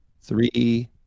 three